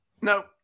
No